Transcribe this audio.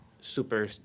super